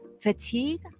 fatigue